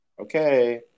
Okay